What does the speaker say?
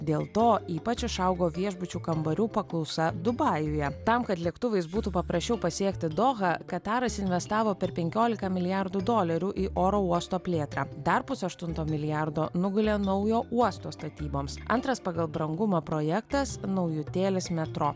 dėl to ypač išaugo viešbučių kambarių paklausa dubajuje tam kad lėktuvais būtų paprasčiau pasiekti dohą kataras investavo per penkiolija milijardų dolerių į oro uosto plėtrą dar pusaštunto milijardo nugulė naujo uosto statyboms antras pagal brangumą projektas naujutėlis metro